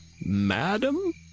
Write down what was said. Madam